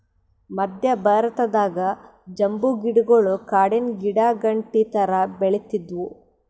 ಮದ್ಯ ಭಾರತದಾಗ್ ಬಂಬೂ ಗಿಡಗೊಳ್ ಕಾಡಿನ್ ಗಿಡಾಗಂಟಿ ಥರಾ ಬೆಳಿತ್ತಿದ್ವು